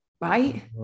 right